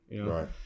Right